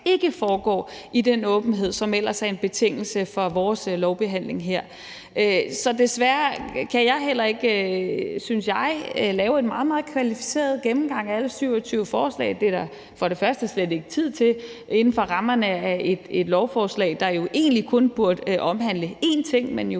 ikke foregår i den åbenhed, som ellers er en betingelse for vores lovbehandling her. Så desværre kan jeg heller ikke, synes jeg, lave en meget, meget kvalificeret gennemgang af alle 27 forslag. Det er der for det første slet ikke tid til inden for rammerne af et lovforslag, der egentlig kun burde omhandle én ting, men jo